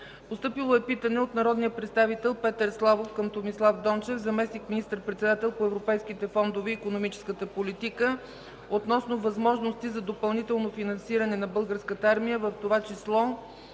Постъпило е питане от народния представител Петър Славов към Томислав Дончев – заместник министър-председател по европейските фондове и икономическата политика, относно възможности за допълнително финансиране на Българската армия, в това число